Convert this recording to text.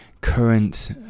current